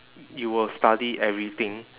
you will study everything